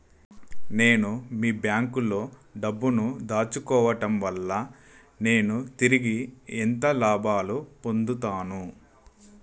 నేను మీ బ్యాంకులో డబ్బు ను దాచుకోవటం వల్ల నేను తిరిగి ఎంత లాభాలు పొందుతాను?